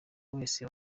wese